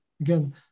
Again